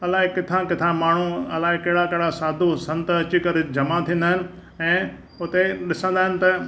अलाए किथां किथां माण्हू अलाए कहिड़ा कहिड़ा साधू संत अची करे जमा थींदा आहिनि ऐं उते ॾिसंदा आहिनि त